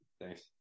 Thanks